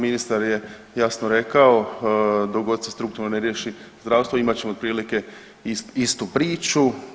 Ministar je jasno rekao dok god se strukturno ne riješi zdravstvo imat ćemo otprilike istu priču.